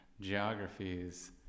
geographies